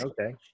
okay